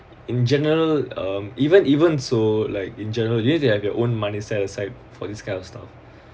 in general um even even so like in general you need to have your own money set aside for this kind of stuff